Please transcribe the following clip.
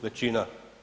Većina.